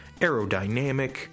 Aerodynamic